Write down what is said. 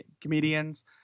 comedians